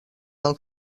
del